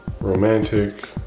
romantic